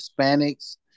Hispanics